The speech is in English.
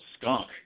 skunk